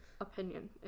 opinion